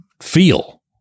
feel